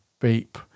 beep